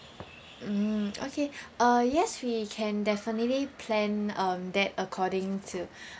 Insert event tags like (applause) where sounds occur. mm okay uh yes we can definitely plan um that according to (breath)